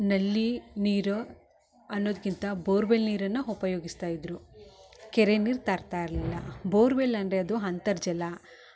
ನಲ್ಲಿ ನೀರು ಅನ್ನೊದ್ಕಿಂತ ಬೋರ್ವೆಲ್ ನೀರನ್ನ ಉಪಯೋಗಿಸ್ತಾ ಇದ್ದರು ಕೆರೆ ನೀರು ತರ್ತಾ ಇರಲಿಲ್ಲ ಬೋರ್ವೆಲ್ ಅಂದರೆ ಅದು ಅಂತರ್ಜಲ